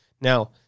Now